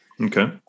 Okay